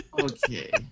Okay